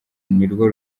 nirwo